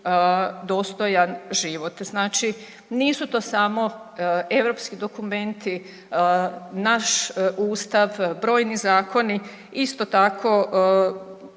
dostojan život. Znači nisu to samo europski dokumenti naš Ustav, brojni zakoni isto tako